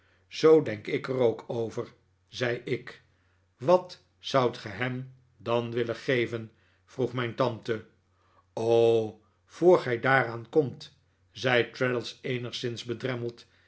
zoo denk ik er ook over zei ik wat zoudt ge hem dan willen geven vroeg mijn tante r o voor gij daaraan komt zei traddles eenigszins